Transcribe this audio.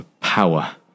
power